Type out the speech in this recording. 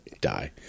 die